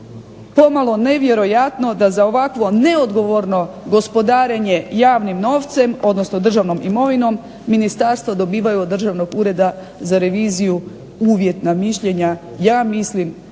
pomalo nevjerojatno da ovakvo neodgovorno gospodarenje javnim novcem odnosno državnom imovinom ministarstvo dobiva od državnog ureda za reviziju uvjetna mišljenja. Ja mislim